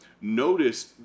notice